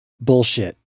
bullshit